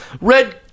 red